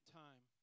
time